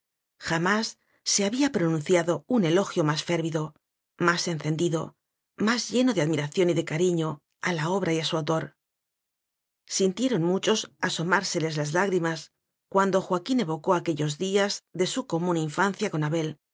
jamás se había pronunciado un elogio más férvido más encendido más lleno de admiración y de cariño a la obra y a su autor sintieron muchos asomárseles las lágrimas cuando joaquín evocó aquellos días de su común infancia con abel